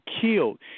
killed